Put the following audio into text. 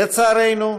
לצערנו,